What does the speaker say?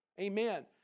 Amen